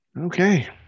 Okay